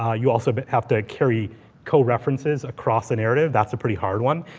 ah you also but have to carry co references across the narrative. that's a pretty hard one.